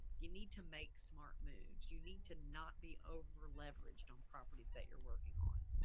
you need to make smart moves. you need to not be over leveraged on properties that you're working on.